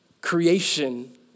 Creation